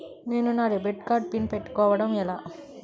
నేను నా debit card pin పెట్టుకోవడం ఎలా?